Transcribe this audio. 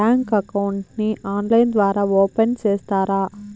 Bank account ని online ద్వారా open సేస్తారా?